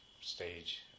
stage